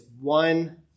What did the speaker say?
one